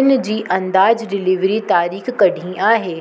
इन जी अंदाज़ डिलीवरी तारीख़ कॾहिं आहे